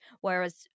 whereas